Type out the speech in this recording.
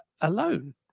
alone